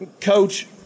Coach